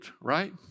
right